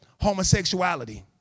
homosexuality